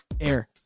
air